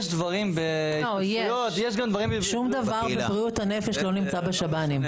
יש גם דברים ש --- שום דבר בבריאות הנפש לא נמצא בשב"נים.